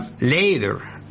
later